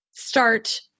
start